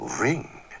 ring